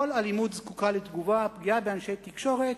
כל אלימות זקוקה לתגובה, הפגיעה באנשי תקשורת